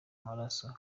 maraso